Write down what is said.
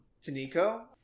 Tonico